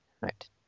Right